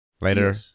Later